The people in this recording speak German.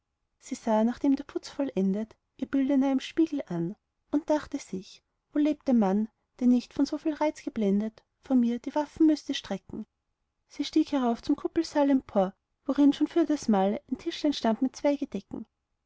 sie sah nachdem der putz vollendet ihr bild in einem spiegel an und dachte sich wo lebt ein mann der nicht von so viel reiz geblendet vor mir die waffen mußte strecken sie stieg hierauf zum kuppelsaal empor worin schon für das mahl ein tischlein stand mit zwei